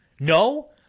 No